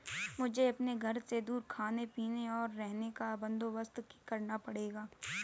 मुझे अपने घर से दूर खाने पीने का, और रहने का बंदोबस्त करना पड़ेगा